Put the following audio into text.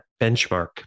benchmark